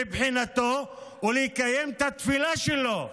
מבחינתם, ולקיים את התפילה שלהם.